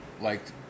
liked